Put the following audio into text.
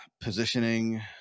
positioning